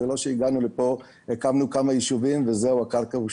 זה לא שהגענו לכאן, הקמנו כמה ישובים והקרקע היא